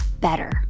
better